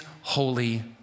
holy